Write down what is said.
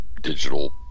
digital